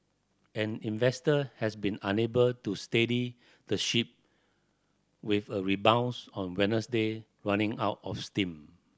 and investor has been unable to steady the ship with a rebounds on Wednesday running out of steam